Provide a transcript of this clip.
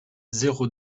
zéro